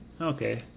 okay